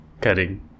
Cutting